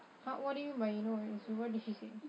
how what do you mean by you know what did she say